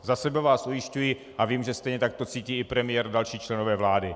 Za sebe vás ujišťuji a vím, že stejně tak to cítí i premiér a další členové vlády.